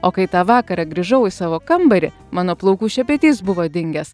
o kai tą vakarą grįžau į savo kambarį mano plaukų šepetys buvo dingęs